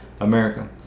America